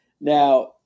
Now